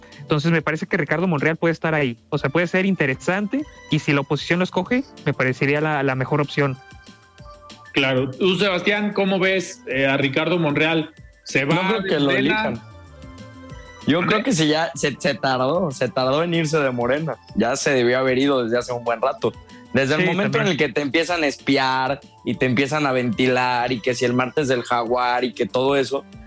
Entonces, me parece que Ricardo Monreal puede estar ahí. O sea, puede ser interesante, y si la oposición lo escoge, me parecería la- la mejor opción. Claro. Tú, Sebastián, ¿cómo ves, eh, a Ricardo Monreal? ¿Se No va creo de que lo Morena? elijan. Yo creo ¿Mande? que sí, ya se- se tardó, se tardó en irse de Morena. Ya se debió haber ido desde hace un buen rato. Desde el Sí, momento en también. el que te empiezan a espiar y te empiezan a ventilar y que si el martes del jaguar y que todo eso,